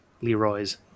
Leroy's